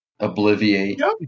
Obliviate